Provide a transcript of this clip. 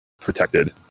protected